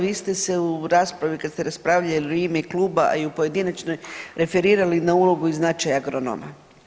Vi ste se u raspravi kad ste raspravljali u ime kluba, a i u pojedinačnoj referirali na ulogu i značaj agronoma.